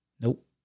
Nope